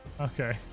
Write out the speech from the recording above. Okay